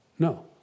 No